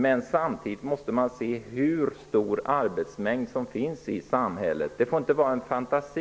Men samtidigt måste vi se hur stor arbetsmängd som finns i samhället. Det får inte bli en fantasi.